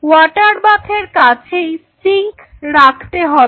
water বাথের কাছেই sink রাখতে হবে